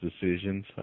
decisions